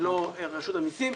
זה לא רשות המסים.